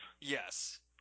Yes